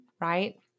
right